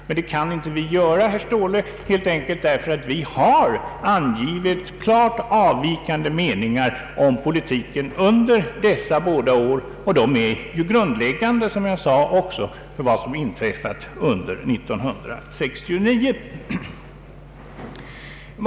Men det kan inte vi göra, herr Ståhle, helt enkelt därför att vi har angivit klart avvikande meningar om politiken under dessa båda år, och vad som hände under de åren är, som jag nämnde, grundläggande för vad som inträffade under år 1969.